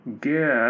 get